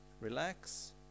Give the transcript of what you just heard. relax